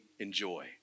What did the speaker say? enjoy